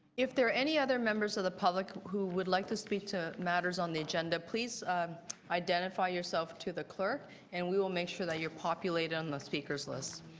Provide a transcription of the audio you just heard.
if there are any other members of the public who would like to speak to matters on the agenda, please identify yourself to the clerk and we will make sure that you're populated on the speaker's list.